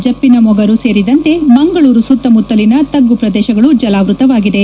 ಜಪ್ಪಿನಮೊಗರು ಸೇರಿದಂತೆ ಮಂಗಳೂರು ಸುತ್ತ ಮುತ್ತಲಿನ ತಗ್ಗು ಪ್ರದೇಶಗಳು ಜಲಾವೃತವಾಗಿದೆ